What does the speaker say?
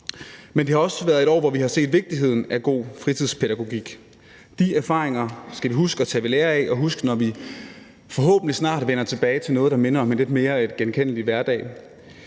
Men det har også været et år, hvor vi har set vigtigheden af god fritidspædagogik. De erfaringer skal vi huske at tage ved lære af og huske, når vi forhåbentlig snart vender tilbage til noget, der minder om en lidt mere genkendelig hverdag.